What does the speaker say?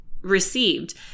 received